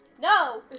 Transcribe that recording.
No